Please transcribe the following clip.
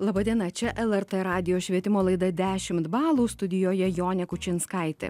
laba diena čia lrt radijo švietimo laida dešimt balų studijoje jonė kučinskaitė